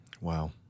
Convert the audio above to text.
Wow